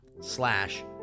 slash